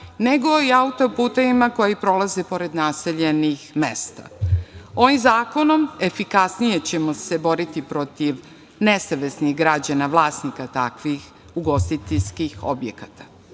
nego i auto putevima koji prolaze pored naseljenih mesta, i ovim zakonom efikasnije ćemo se boriti sa nesavesnim građanima, vlasnika takvih ugostiteljskih objekata. Izlaskom